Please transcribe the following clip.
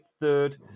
third